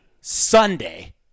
Sunday